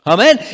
Amen